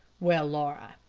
well, laura,